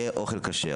יהיה אוכל כשר.